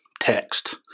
text